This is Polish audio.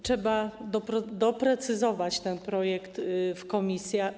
Trzeba doprecyzować ten projekt w komisji.